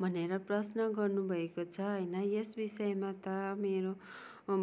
भनेर प्रश्न गर्नुभएको छ होइन यस विषयमा त मेरो